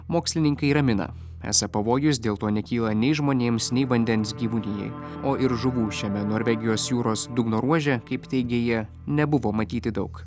mokslininkai ramina esą pavojus dėl to nekyla nei žmonėms nei vandens gyvūnijai o ir žuvų šiame norvegijos jūros dugno ruože kaip teigė jie nebuvo matyti daug